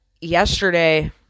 yesterday